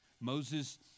Moses